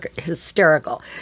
hysterical